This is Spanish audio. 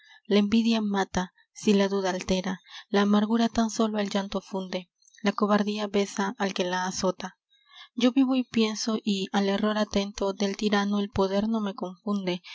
la envidia mata si la duda altera la amargura tan sólo el llanto funde la cobardía besa al que la azota yo vivo y pienso y al error atento del tirano el poder no me confunde